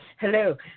Hello